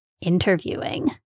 interviewing